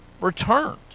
returned